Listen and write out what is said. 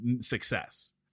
success